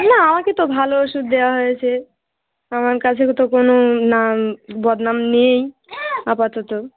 না আমাকে তো ভালো ওষুধ দেওয়া হয়েছে আমার কাছে তো কোনো নাম বদনাম নেই আপাতত